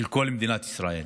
של כל מדינת ישראל.